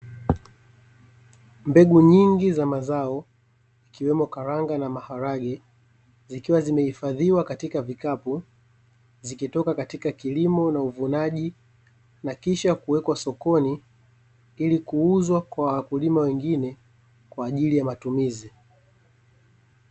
Mbegu nyingi za mazao ikiwemo karanga na maharage, zikiwa zimehifadhiwa katika vikapu, zikitoka katika kilimo na uvunaji na kisha kuwekwa sokoni ili kuuzwa kwa wakulima wengine, kwa ajili ya matumizi.